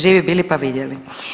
Živi bili pa vidjeli.